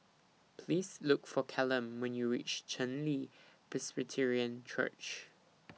Please Look For Callum when YOU REACH Chen Li Presbyterian Church